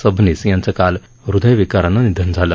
सबनीस यांचं काल ह्रदयविकारानं निधन झालं